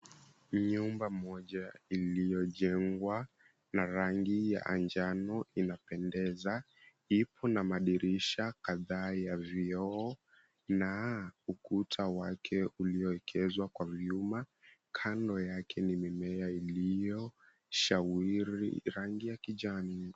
Nyumba moja iliyojengwa na rangi ya njano inapendeza. Ipo na madirisha kadhaa ya vioo, na ukuta wake uliowekezwa kwa vyuma. Kando yake ni mimea iliyoshawiri rangi ya kijani.